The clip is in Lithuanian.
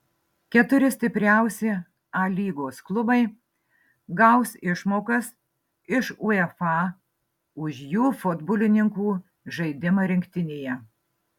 keturi stipriausi a lygos klubai gaus išmokas iš uefa už jų futbolininkų žaidimą rinktinėje